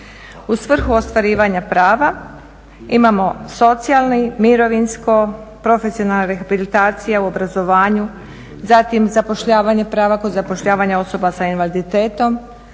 U svrhu ostvarivanja prava imamo socijalni, mirovinsko, profesionalna rehabilitacija u obrazovanju, zatim zapošljavanje prava kod zapošljavanja osoba sa invaliditetom,